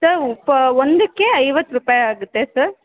sir ಉಪ ಒಂದಕ್ಕೆ ಐವತ್ತು ರೂಪಾಯಿ ಆಗುತ್ತೆ ಸರ್